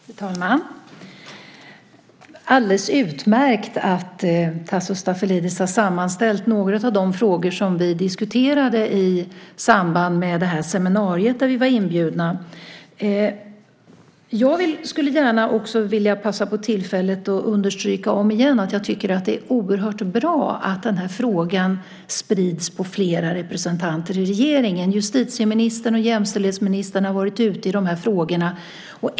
Fru talman! Det är alldeles utmärkt att Tasso Stafilidis har sammanställt några av de frågor som vi diskuterade i samband med det seminarium där vi var inbjudna. Jag vill passa på tillfället att om igen understryka att det är oerhört bra att den här frågan sprids på flera representanter i regeringen. Justitieministern och jämställdhetsministern har varit med i de här frågorna.